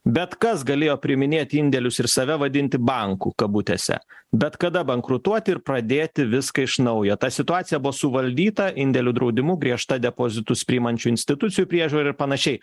bet kas galėjo priiminėt indėlius ir save vadinti banku kabutėse bet kada bankrutuoti ir pradėti viską iš naujo ta situacija buvo suvaldyta indėlių draudimu griežta depozitus priimančių institucijų priežiūra ir panašiai